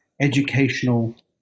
educational